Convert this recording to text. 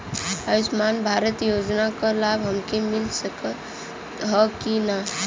आयुष्मान भारत योजना क लाभ हमके मिल सकत ह कि ना?